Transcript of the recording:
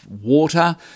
water